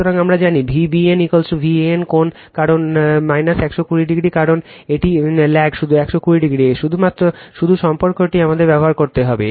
সুতরাং আমরা জানি V BN Van কোণ কারণ কোণ 120o কারণ এটি ল্যাগস 120o শুধু সম্পর্কটি আমাদের ব্যবহার করতে হবে